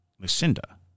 lucinda